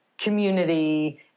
community